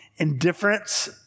indifference